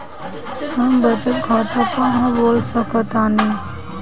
हम बचत खाता कहां खोल सकतानी?